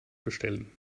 bestellen